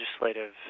legislative